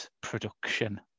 production